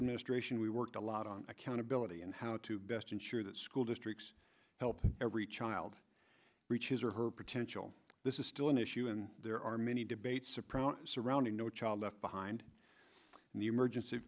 administration we worked a lot on accountability and how to best ensure that school districts help every child reaches her potential this is still an issue and there are many debates soprano surrounding no child left behind and the emergenc